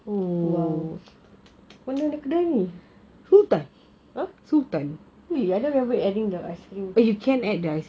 !wow! mana ada ini oh I don't remember adding the ice cream